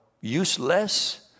useless